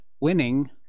winning